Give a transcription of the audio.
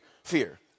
Fear